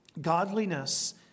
Godliness